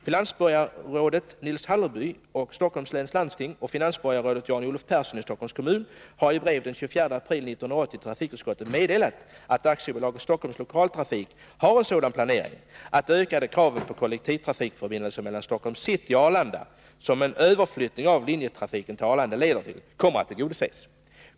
Finanslandstingsborgarrådet Nils Hallerby, Stockholms läns landsting, och finansborgarrådet John-Olof Persson, Stockholms kommun, har i brev den 24 april 1980 till trafikutskottet meddelat att AB Storstockholms lokaltrafik har en sådan planering, att de ökade krav på kollektivförbindelser mellan Stockholms city och Arlanda, som en överflyttning av flyglinjetrafiken till Arlanda leder till, kommer att tillgodoses.